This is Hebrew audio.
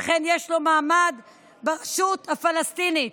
שכן יש לו מעמד ברשות הפלסטינית.